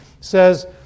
says